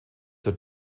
zur